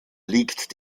liegt